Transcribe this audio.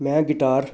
ਮੈਂ ਗਿਟਾਰ